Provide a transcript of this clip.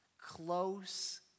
close